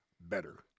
better